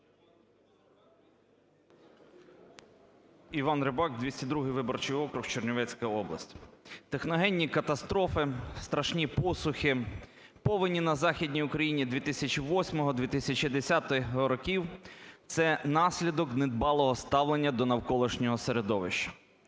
Іван Рибак, 202 виборчий округ, Чернівецька область. Техногенні катастрофи, страшні посухи, повені на Західній Україні 2008-2010 років – це наслідок недбалого ставлення до навколишнього середовища.